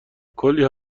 کلی